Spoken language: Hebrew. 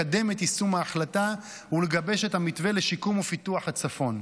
לקדם את יישום ההחלטה ולגבש את המתווה לשיקום ופיתוח הצפון,